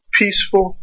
peaceful